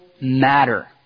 matter